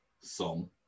song